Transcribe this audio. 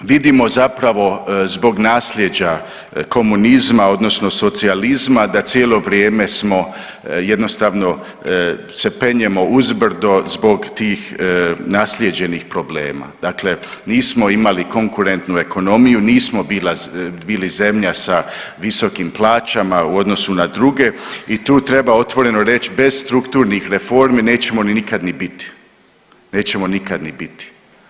Vidimo zapravo zbog naslijeđa komunizma odnosno socijalizma da cijelo vrijeme smo jednostavno se penjemo uzbrdo zbog tih naslijeđenih problema, dakle nismo imali konkurentnu ekonomiju, nismo bili zemlja sa visokim plaćama u odnosu na druge i tu treba otvoreno reć bez strukturnih reformi nećemo nikad ni biti, nećemo nikad ni biti.